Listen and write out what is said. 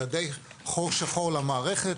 זה היה די חור שחור למערכת,